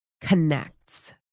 connects